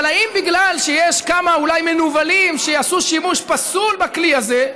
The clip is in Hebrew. אבל האם בגלל שיש כמה אולי מנוולים שיעשו שימוש פסול בכלי הזה,